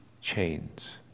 chains